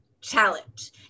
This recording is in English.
Challenge